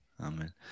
Amen